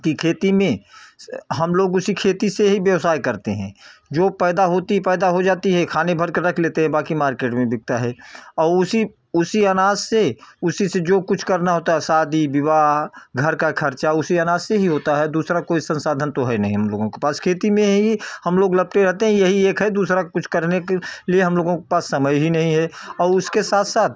की खेती में हम लोग इसी खेती से ही व्यवसाय करते हैं जो पैदा होती पैदा हो जाती है खाने भर कर रख लेते हैं बाक़ी मार्केट में बिकता है और उसी उसी अनाज से उसी से जो कुछ करना होता है शादी विवाह घर का ख़र्चा उसी अनाज से ही होता है दूसरा कोई संसाधन तो है नहीं हम लोगों के पास खेती में ही हम लोग लगते रहते हैं यही एक है दूसरा कुछ करने के लिए हम लोगों के पास समय ही नहीं है और उसके साथ साथ